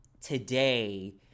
today